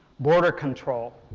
border control,